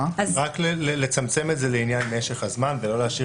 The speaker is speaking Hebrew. רק לצמצם את זה לעניין משך הזמן ולא להשאיר